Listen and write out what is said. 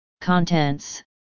Contents